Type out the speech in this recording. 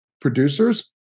producers